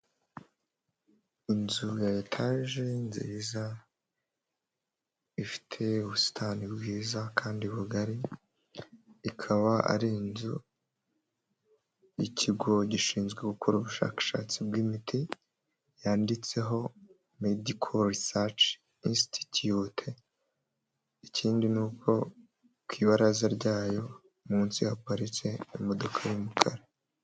Inzu ya etage nziza ifite ubusitani bwiza kandi bugari ikaba ari inzu y'ikigo gishinzwe gukora ubushakashatsi bw'imiti yanditseho mediko risaci isitutute ikindi ni uko ku ibaraza ryayo munsi haparitse imodoka y'umukara.